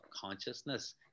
consciousness